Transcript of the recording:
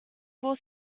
four